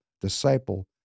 disciple